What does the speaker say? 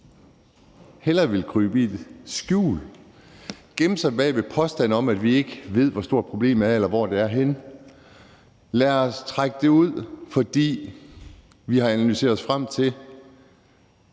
hellere vil krybe i skjul, gemme sig bag ved en påstand om, at vi ikke ved, hvor stort problemet er, eller hvor det er henne. Lad os trække det ud, for vi har analyseret os frem til,